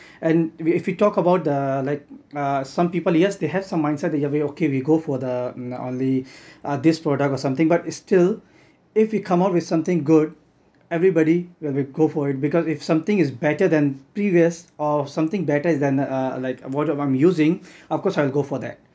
and if you talk about the like uh some people yes they have some mindset in the way okay we go for the um only this product or something but still if you come up with something good everybody where will go for it because if something is better than previous or something better than uh like what I am using of course I'll go for that